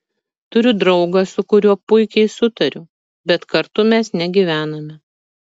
turiu draugą su kuriuo puikiai sutariu bet kartu mes negyvename